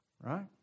right